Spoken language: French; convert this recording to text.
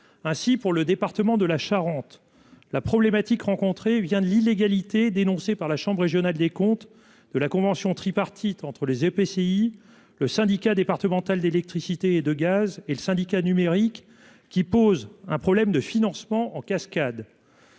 ainsi pour le département de la Charente, la problématique rencontrée vient de l'illégalité dénoncée par la chambre régionale des comptes de la convention tripartite entre les et PCI le Syndicat départemental d'électricité et de gaz et le syndicat numérique qui pose un problème de financement en cascade.--